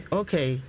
okay